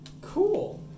Cool